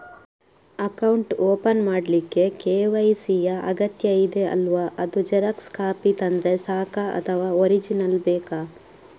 Account open ಮಾಡ್ಲಿಕ್ಕೆ KYC ಯಾ ಅಗತ್ಯ ಇದೆ ಅಲ್ವ ಅದು ಜೆರಾಕ್ಸ್ ಕಾಪಿ ತಂದ್ರೆ ಸಾಕ ಅಥವಾ ಒರಿಜಿನಲ್ ಬೇಕಾ?